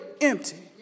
empty